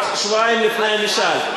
רק שבועיים לפני המשאל.